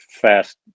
fast